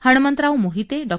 Hanmantrao Mohite Dr